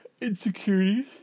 insecurities